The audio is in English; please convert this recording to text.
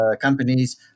companies